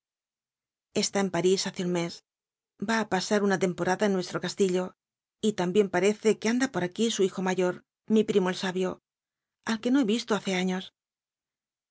está en parís hace un mes va á pasar una temporada en nuestro castillo y también parece que anda por aquí su hijo mayor mi primo el sabio al que no he visto hace años